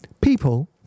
People